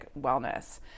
wellness